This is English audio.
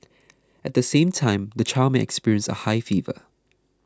at the same time the child may experience a high fever